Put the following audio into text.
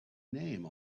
name